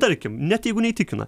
tarkim net jeigu neįtikina